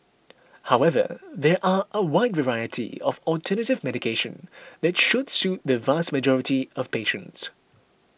however there are a wide variety of alternative medication that should suit the vast majority of patients